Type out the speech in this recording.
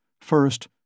first